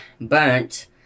burnt